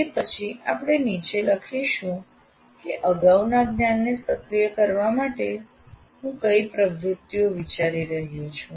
તે પછી આપણે નીચે લખીશું કે અગાઉના જ્ઞાનને સક્રિય કરવા માટે હું કઈ પ્રવૃતિઓ વિચારી રહ્યો છું